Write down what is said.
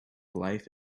life